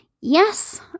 Yes